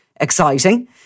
exciting